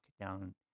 down